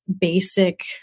basic